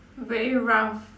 very rough